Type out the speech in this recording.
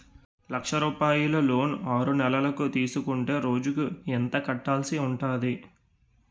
లక్ష రూపాయలు లోన్ ఆరునెలల కు తీసుకుంటే రోజుకి ఎంత కట్టాల్సి ఉంటాది?